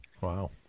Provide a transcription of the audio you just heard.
Wow